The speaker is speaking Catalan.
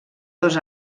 dos